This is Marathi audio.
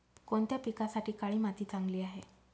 कोणत्या पिकासाठी काळी माती चांगली आहे?